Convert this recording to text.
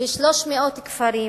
ב-300 כפרים,